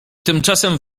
tymczasem